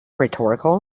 rhetorical